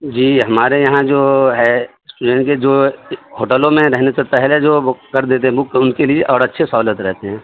جی ہمارے یہاں جو ہے یعنی کہ جو ہوٹلوں میں رہنے سے پہلے جو بک کر دیتے ہیں بک ان کے لیے اور اچّھے سہولت رہتے ہیں